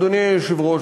אדוני היושב-ראש,